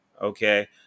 okay